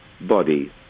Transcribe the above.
body